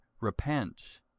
repent